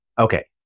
Okay